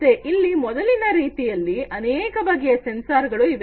ಮತ್ತೆ ಇಲ್ಲಿ ಮೊದಲಿನ ರೀತಿಯಲ್ಲಿ ಅನೇಕ ಬಗೆಯ ಸೆನ್ಸಾರ್ಗಳು ಇವೆ